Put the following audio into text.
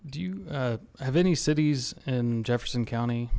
do you have any cities in jefferson county